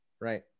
Right